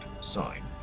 sign